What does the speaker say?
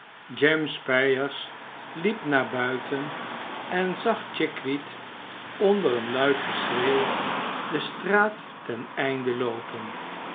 jem spyers liep naar buiten en zag chickweed onder een luid geschreeuw de straat ten einde loopen